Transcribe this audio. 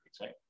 right